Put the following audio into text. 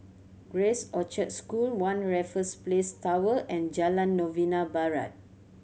Grace Orchard School One Raffles Place Tower and Jalan Novena Barat